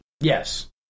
Yes